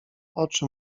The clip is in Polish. oczy